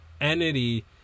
entity